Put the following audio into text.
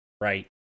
right